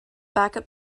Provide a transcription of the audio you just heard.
backup